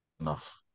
enough